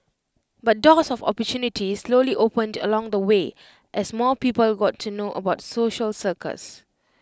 but doors of opportunity slowly opened along the way as more people got to know about social circus